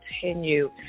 continue